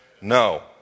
No